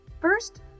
First